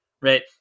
right